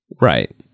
Right